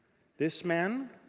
this man.